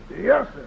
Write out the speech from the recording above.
Yes